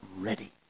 ready